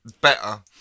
better